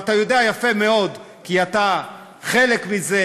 ואתה יודע יפה מאוד כי אתה חלק מזה,